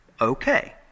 Okay